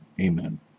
Amen